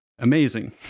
Amazing